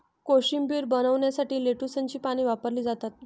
कोशिंबीर बनवण्यासाठी लेट्युसची पाने वापरली जातात